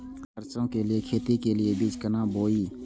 सरसों के लिए खेती के लेल बीज केना बोई?